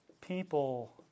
people